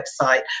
website